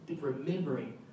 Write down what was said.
remembering